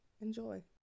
Enjoy